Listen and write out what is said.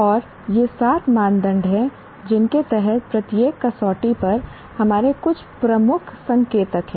और ये सात मानदंड हैं जिनके तहत प्रत्येक कसौटी पर हमारे कुछ प्रमुख संकेतक हैं